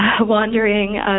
wandering